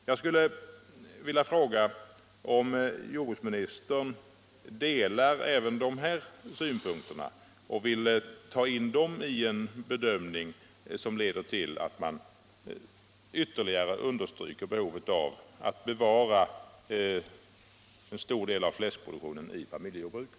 Jag skulle vilja fråga om jordbruksministern delar även dessa synpunkter och om han också vill ta in dem i en bedömning som kan leda till att man ytterligare understryker behovet av att bevara en stor del av fläskproduktionen inom familjejordbruket.